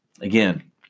again